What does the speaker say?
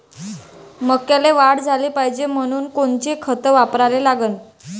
मक्याले वाढ झाली पाहिजे म्हनून कोनचे खतं वापराले लागन?